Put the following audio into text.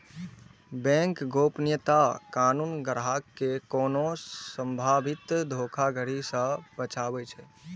bank गोपनीयता कानून ग्राहक कें कोनो संभावित धोखाधड़ी सं बचाबै छै